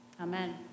Amen